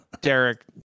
Derek